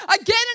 again